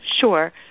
Sure